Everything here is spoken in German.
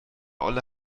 olle